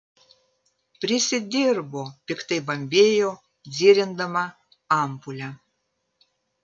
prisidirbo piktai bambėjo dzirindama ampulę